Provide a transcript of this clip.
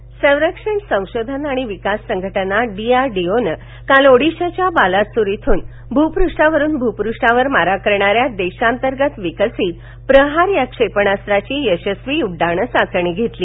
प्रहार चाचणी संरक्षण संशोधन आणि विकास संघटना डी आर डी ओनं काल ओडीशाच्या बालासोर इथून भू पृष्ठावरून भू पृष्ठावर मारा करणाऱ्या देशांतर्गत विकसित प्रहार या क्षेपणास्त्राची यशस्वी उड्डाण चाचणी घेतली